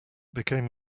became